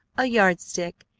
a yardstick,